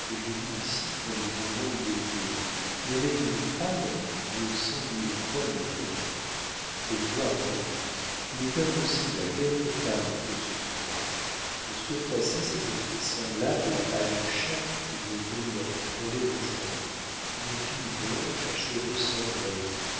j'ai vue ici quand les bourbons y étaient mais avec une femme qui vaut cent mille fois mieux qu'elle tais-toi paul il est impossible à quelque femme que ce soit de surpasser cette fille semblable à une chatte qui veut venir frôler vos jambes une fille blanche à cheveux cendrés